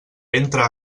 entra